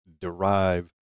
derive